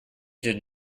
did